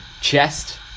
chest